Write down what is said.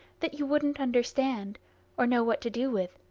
that you wouldn't understand or know what to do with?